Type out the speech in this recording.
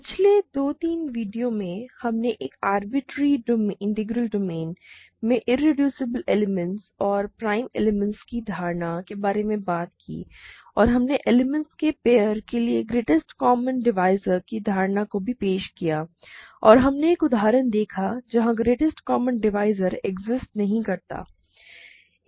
पिछले दो तीन वीडियो में हमने एक आरबिटरेरी इंटीग्रल डोमेन में इरेड्यूसबल एलिमेंट्स और प्राइम एलिमेंट्स की धारणा के बारे में बात की और हमने एलिमेंट्स के पेयर के लिए ग्रेटेस्ट कॉमन डिवाइज़र की धारणा को भी पेश किया और हमने एक उदाहरण देखा जहाँ ग्रेटेस्ट कॉमन डिवाइज़र एक्सिस्ट नहीं करते हैं